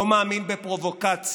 לא מאמין בפרובוקציות,